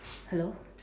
hello